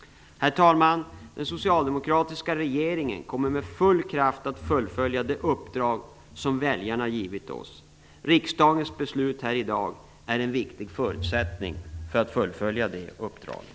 Herr talman! Den socialdemokratiska regeringen kommer med full kraft att fullfölja det uppdrag som väljarna har givit oss. Riksdagens beslut här i dag är en viktig förutsättning för att vi skall kunna fullfölja det uppdraget.